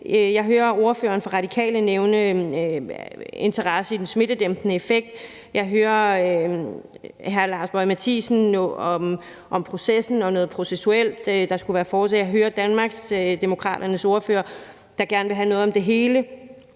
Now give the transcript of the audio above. Jeg hører ordføreren fra Radikale nævne en interesse i den smittedæmpende effekt. Jeg hører hr. Lars Boje Mathiesen tale om processen og noget processuelt. Jeg hører Danmarksdemokraternes ordfører, der gerne vil have noget om det hele,